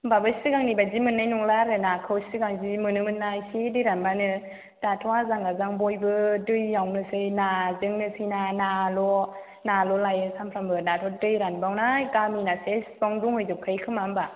होम्बाबो सिगांनि बायदि मोननाय नंला आरो नाखौ सिगां जि मोनोमोनना ना इसे दै रानबानो दाथ' आजां गाजां बयबो दैयावनोसै नाजोंनोसै ना नाल' नाल' लाइयो सानफ्रामबो दाथ' दै रानबावनाय गामिना सेस बावनो दंहैजोबखायो खोमा होम्बा